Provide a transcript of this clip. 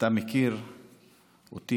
אתה מכיר אותי.